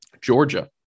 Georgia